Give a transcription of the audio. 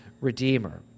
redeemer